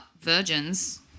virgins